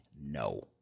no